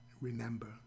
remember